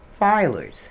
filers